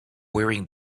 wearing